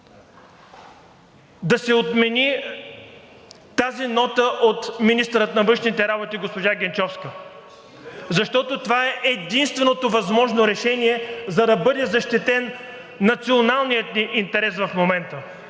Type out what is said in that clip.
да се отмени тази нота от министъра на външните работи госпожа Генчовска. Защото това е единственото възможно решение, за да бъде защитен националният ни интерес в момента.